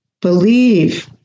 Believe